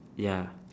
ya